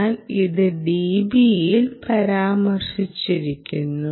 ഞാൻ അത് dB യിൽ പരാമർശിച്ചു